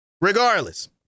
Regardless